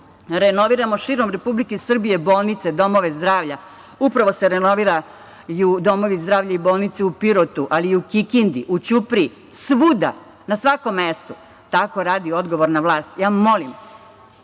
Renoviramo širom Republike Srbije bolnice, domove zdravlja. Upravo se renoviraju domovi zdravlja i bolnica u Pirotu, ali i u Kikindi, u Ćupriji, svuda, na svakom mestu. Tako radi odgovorna vlast. Molim